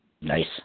Nice